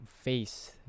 face